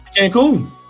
Cancun